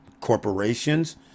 corporations